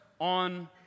on